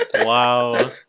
Wow